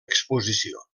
exposició